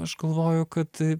aš galvoju kad